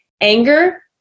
anger